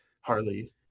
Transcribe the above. Harley